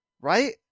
right